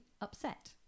upset